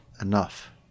enough